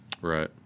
Right